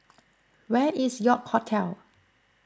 where is York Hotel